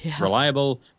Reliable